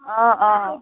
অঁ অঁ